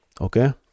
okay